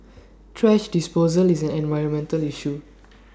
thrash disposal is an environmental issue